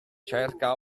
cerca